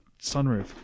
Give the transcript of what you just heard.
sunroof